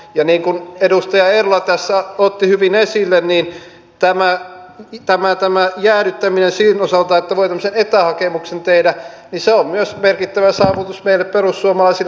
ja niin kuin edustaja eerola tässä otti hyvin esille tämä jäädyttäminen sen osalta että voi tämmöisen etähakemuksen tehdä on myös merkittävä saavutus meille perussuomalaisille